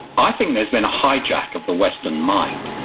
i think there's been a hijack of the western mind.